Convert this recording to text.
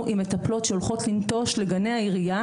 עם מטפלות שהולכות לנטוש לגני העירייה,